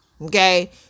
Okay